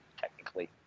technically